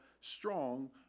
strong